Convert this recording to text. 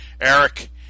Eric